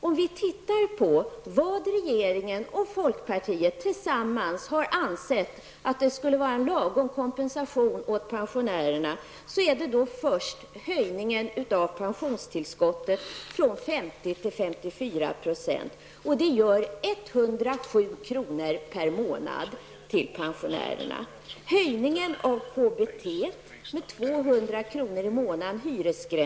Om vi tittar på vad regeringen och fokpartiet till sammans har ansett vara en lagom kompensation för pensionärerna, är det först höjningen av pensionstillskottet från 50 till 54 %. Det gör 107 kr. per månad till pensionärerna. Höjningen av hyresgränserna för KBT med 200 kr.